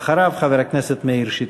אחריו, חבר הכנסת מאיר שטרית.